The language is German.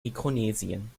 mikronesien